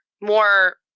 more